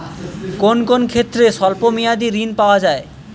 কোন কোন ক্ষেত্রে স্বল্প মেয়াদি ঋণ পাওয়া যায়?